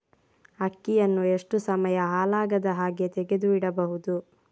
ಅಕ್ಕಿಯನ್ನು ಎಷ್ಟು ಸಮಯ ಹಾಳಾಗದಹಾಗೆ ತೆಗೆದು ಇಡಬಹುದು?